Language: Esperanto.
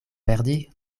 perdi